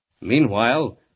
Meanwhile